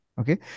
Okay